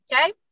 okay